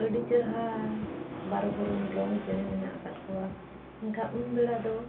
ᱟᱹᱰᱤ ᱪᱮᱨᱦᱟ ᱵᱟᱨᱚ ᱵᱚᱨᱚᱱ ᱨᱚᱝ ᱪᱮᱬᱮ ᱢᱮᱱᱟᱜ ᱟᱠᱟᱫ ᱠᱚᱣᱟ ᱢᱮᱱᱠᱷᱟᱱ ᱩᱱ ᱵᱮᱲᱟ ᱫᱚ